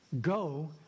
Go